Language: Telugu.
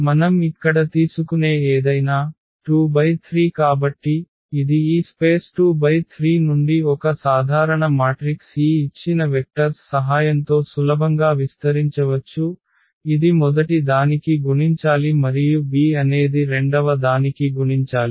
మనం ఇక్కడ తీసుకునే ఏదైనా 2×3 కాబట్టి ఇది ఈ స్పేస్ 2×3 నుండి ఒక సాధారణ మాట్రిక్స్ ఈ ఇచ్చిన వెక్టర్స్ సహాయంతో సులభంగా విస్తరించవచ్చు ఇది మొదటి దానికి గుణించాలి మరియు b అనేది రెండవ దానికి గుణించాలి